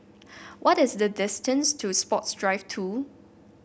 what is the distance to Sports Drive Two